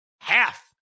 half